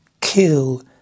kill